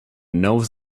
knows